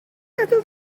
adael